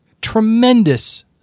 tremendous